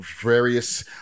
various